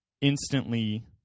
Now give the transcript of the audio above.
instantly